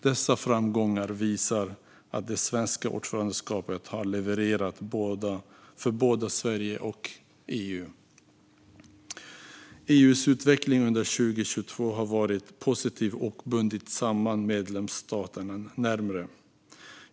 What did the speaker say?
Dessa framgångar visar att det svenska ordförandeskapet har levererat för både Sverige och EU. EU:s utveckling under 2022 har varit positiv och bundit medlemsstaterna närmare till varandra.